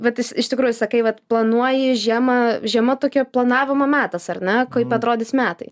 bet iš tikrųjų sakai vat planuoji žiemą žiema tokia planavimo metas ar ne kaip atrodys metai